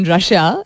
Russia